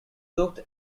looked